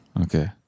Okay